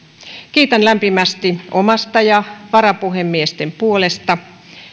kiitän lämpimästi omasta ja varapuhemiesten puolesta